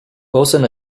wilson